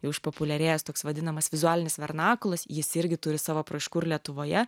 jau išpopuliarėjęs toks vadinamas vizualinis vernakulas jis irgi turi savo apraiškų ir lietuvoje